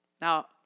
Now